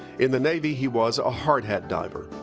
in the navy he was a hardhat diver.